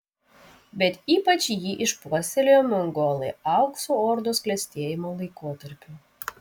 bet ypač jį išpuoselėjo mongolai aukso ordos klestėjimo laikotarpiu